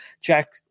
Jack